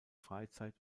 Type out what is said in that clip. freizeit